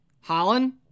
Holland